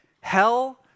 hell